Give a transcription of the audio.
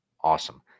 awesome